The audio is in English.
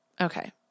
Okay